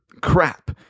crap